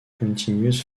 continues